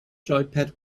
joypad